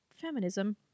feminism